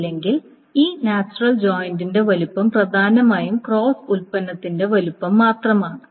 ഇല്ലെങ്കിൽ ഈ നാച്ചുറൽ ജോയിറിന്റെ വലുപ്പം പ്രധാനമായും ക്രോസ് ഉൽപ്പന്നത്തിന്റെ വലുപ്പം മാത്രമാണ്